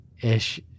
ish